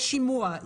יש שימוע,